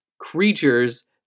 creatures